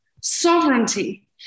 sovereignty